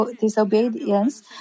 disobedience